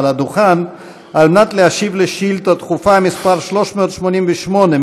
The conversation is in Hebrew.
על הדוכן כדי להשיב על שאילתה דחופה מס' 388,